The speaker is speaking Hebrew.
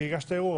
כי הגשת ערעור,